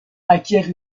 acquiert